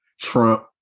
Trump